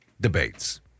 debates